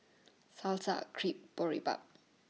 Salsa Crepe Boribap